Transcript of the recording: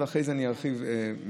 ואחרי זה אני ארחיב מדבריי.